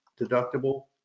deductible